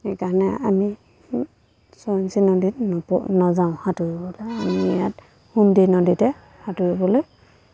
সেইকাৰণে আমি সোৱনশিৰী নদীত নপ নাযাওঁ সাঁতুৰিবৰ কাৰণে আমি ইয়াত সুমদি নদীতে সাঁতুৰিবলৈ